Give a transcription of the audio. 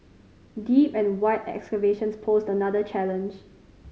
deep and wide excavations posed another challenge